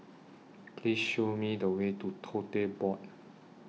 Please Show Me The Way to Tote Board